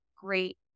great